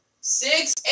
Six